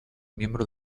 miembro